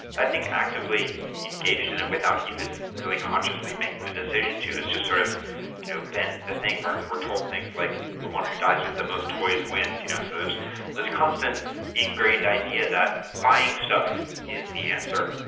i think actively engaged in it without even really consciously making the decision to, it's just sort of you know been the thing we're we're told things like the one who dies with the most toys wins, you know so there's this constant ingrained idea that buying stuff and is the answer.